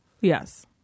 yes